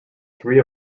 three